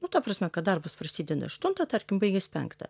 nu ta prasme kad darbas prasideda aštuntą tarkim baigias penktą